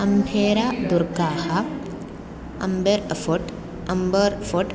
अम्भेरादुर्गः Amber fort Amber fort